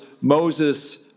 Moses